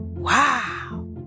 Wow